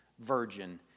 virgin